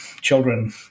children